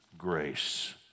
grace